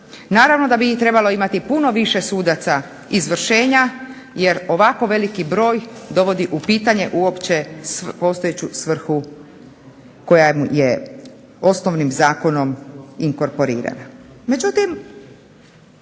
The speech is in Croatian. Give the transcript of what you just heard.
Naravno da bi trebalo imati puno više sudaca izvršenja jer ovako veliki broj dovodi u pitanje uopće postojeću svrhu koja je osnovnim zakonom inkorporirana.